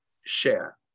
share